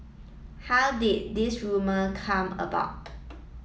how did this rumour come about